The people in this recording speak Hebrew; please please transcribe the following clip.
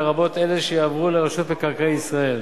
לרבות אלה שיעברו לרשות מקרקעי ישראל,